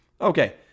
Okay